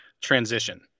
transition